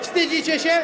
Wstydzicie się?